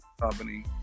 company